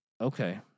okay